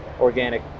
organic